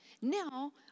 Now